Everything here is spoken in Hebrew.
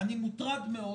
אני מוטרד מאוד